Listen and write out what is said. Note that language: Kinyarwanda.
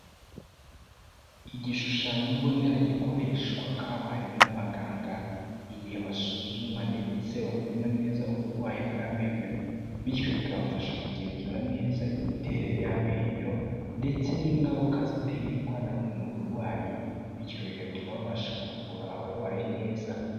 Igishushanyo mbonera gikoreshwa kabuhariwe n'abaganga, igihe basuzuma ndetse bapima neza uburwayi bw'amenyo bityo bikabafasha kugenzura neza imiterere y'amenyo ndetse n'ingaruka ziterwa na bumwe mu burwayi bityo bigatuma babasha kuvura abarwayi neza.